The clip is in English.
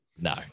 No